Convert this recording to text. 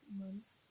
months